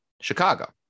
Chicago